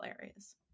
areas